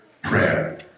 prayer